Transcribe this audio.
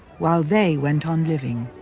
while they went on living.